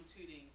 tuning